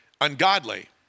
ungodly